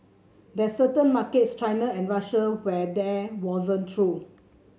there's certain markets China and Russia where that wasn't true